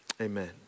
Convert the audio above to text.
amen